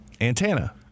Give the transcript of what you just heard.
Antenna